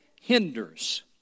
hinders